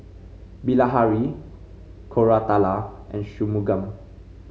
Bilahari Koratala and Shunmugam